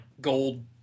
gold